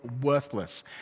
worthless